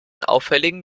auffälligen